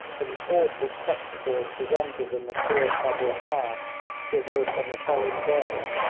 for the awful spectacles presented in the khoord cabul pass traversed on the following day,